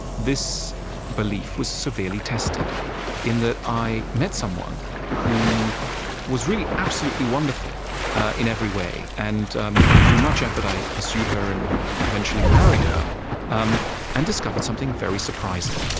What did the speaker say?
this belief was severely tested in that i met someone who was really absolutely wonderful in every way. and um through much effort, i pursued her and eventually married her um and discovered something very surprising.